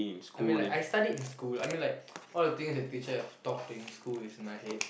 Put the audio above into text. I mean like I studied in school I mean like all the things that teacher have talked in school is in my head